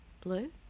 blue